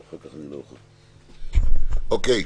אוקיי.